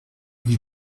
lui